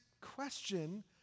question